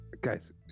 Guys